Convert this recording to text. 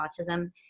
autism